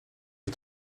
les